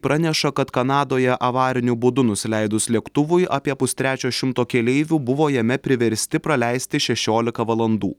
praneša kad kanadoje avariniu būdu nusileidus lėktuvui apie pustrečio šimto keleivių buvo jame priversti praleisti šešiolika valandų